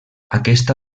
aquesta